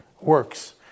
works